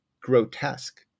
grotesque